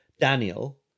Daniel